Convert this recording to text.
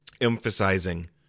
emphasizing